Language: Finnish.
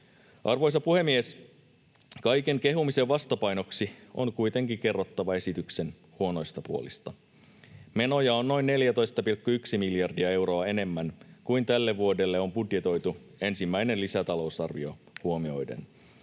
Arvoisa puhemies! Kaiken kehumisen vastapainoksi on kuitenkin kerrottava esityksen huonoista puolista. Menoja on noin 14,1 miljardia euroa enemmän kuin tälle vuodelle on budjetoitu ensimmäinen lisätalousarvio huomioiden.